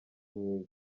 mwiza